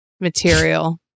material